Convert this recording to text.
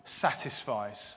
satisfies